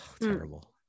terrible